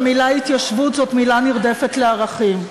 המילה התיישבות היא מילה נרדפת לערכים,